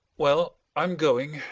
well, i am going.